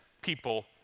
people